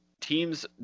teams